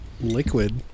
liquid